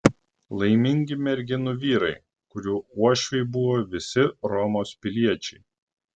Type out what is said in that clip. laimingi merginų vyrai kurių uošviai buvo visi romos piliečiai